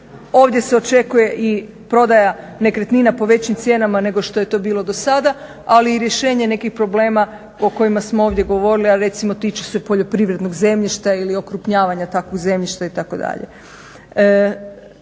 Ovdje se očekuje i prodaja nekretnina po većim cijenama nego što je to bilo do sada, ali rješenje nekih problema o kojima smo ovdje govorili, a recimo tiču se poljoprivrednog zemljišta ili okrupnjavanja takvog zemljišta itd.